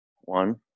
One